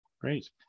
Great